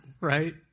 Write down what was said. right